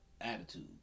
Attitude